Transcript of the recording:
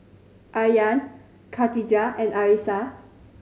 Aryan Katijah and Arissa